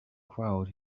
crowd